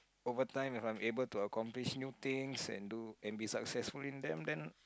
over time if I'm able to accomplish new things and do and be successful in them then